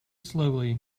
slowly